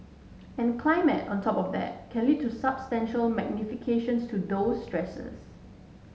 and climate on top of that can lead to substantial magnifications to those stresses